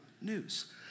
news